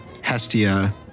Hestia